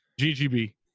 GGB